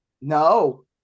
No